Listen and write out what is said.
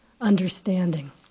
understanding